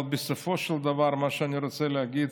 אבל בסופו של דבר מה שאני רוצה להגיד,